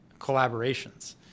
collaborations